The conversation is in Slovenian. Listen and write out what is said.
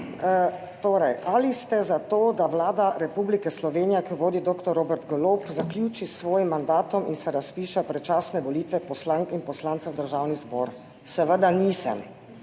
ali ste za to, da Vlada Republike Slovenije, ki jo vodi doktor Robert Golob zaključi s svojim mandatom in se razpiše predčasne volitve poslank in poslancev v Državni zbor? Seveda nisem.